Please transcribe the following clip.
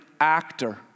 actor